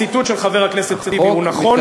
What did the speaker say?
הציטוט של חבר הכנסת טיבי הוא נכון.